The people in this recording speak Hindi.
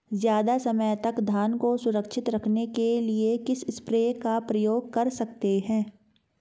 ज़्यादा समय तक धान को सुरक्षित रखने के लिए किस स्प्रे का प्रयोग कर सकते हैं?